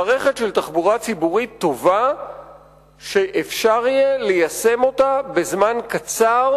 מערכת של תחבורה ציבורית טובה שאפשר יהיה ליישם אותה בזמן קצר